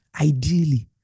Ideally